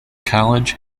college